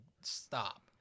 Stop